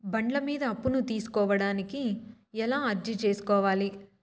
బండ్ల మీద అప్పును తీసుకోడానికి ఎలా అర్జీ సేసుకోవాలి?